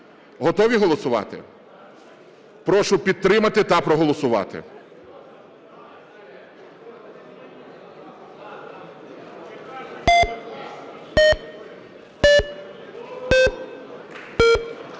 Готові голосувати? Прошу підтримати та проголосувати.